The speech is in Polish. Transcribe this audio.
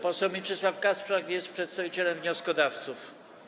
Poseł Mieczysław Kasprzak jest przedstawicielem wnioskodawców.